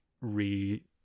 re